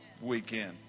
weekend